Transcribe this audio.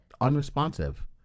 Unresponsive